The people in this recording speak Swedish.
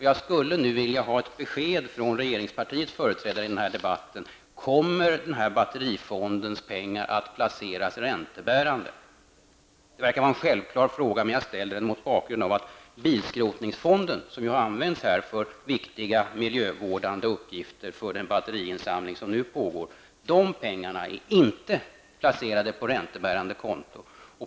Jag skulle nu vilja ha ett besked från regeringspartiets företrädare i den här debatten: Kommer batterifondens pengar att placeras räntebärande? Det verkar vara en självklar fråga, men jag ställer den mot bakgrund av att bilskrotningsfonden, som ju har använts för viktiga miljövårdande uppgifter när det gäller den batteriinsamling som nu pågår, inte har pengarna placerade på räntebärande konto.